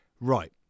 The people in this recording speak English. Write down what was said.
Right